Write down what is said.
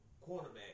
quarterback